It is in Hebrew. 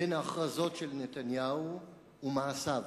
בין ההכרזות של נתניהו למעשיו,